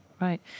right